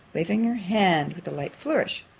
waving her hand with a light flourish